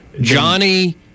Johnny